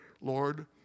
Lord